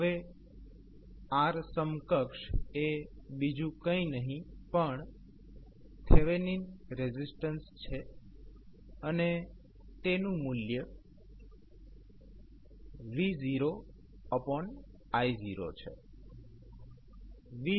હવે R સમકક્ષ એ બીજુ કઇ નહી પણ થેવેનિન રેઝિસ્ટન્સ છે અને તેનું મૂલ્ય v0i0છે